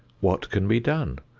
what can be done?